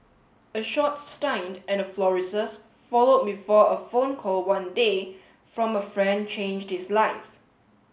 a short staint and a florist's followed before a phone call one day from a friend changed his life